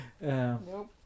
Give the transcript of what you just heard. Nope